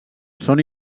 són